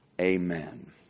Amen